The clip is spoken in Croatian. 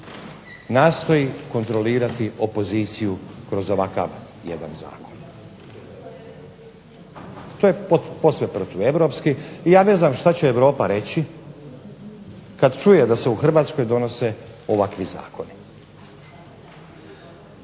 nastoji kontrolirati opoziciju kroz ovakav jedan zakon, to je posve protueuropski i ja ne znam šta će Europa reći kad čuje da se u Hrvatskoj donose ovakvi zakoni.